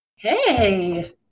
Hey